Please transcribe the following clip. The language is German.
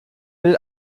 will